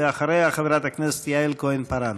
ואחריה, חברת הכנסת יעל כהן-פארן.